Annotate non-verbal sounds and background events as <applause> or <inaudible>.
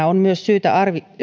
<unintelligible> on myös syytä